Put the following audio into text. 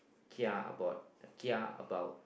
kia about kia about